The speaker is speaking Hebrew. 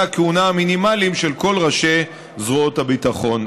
הכהונה המינימליים של כל ראשי זרועות הביטחון.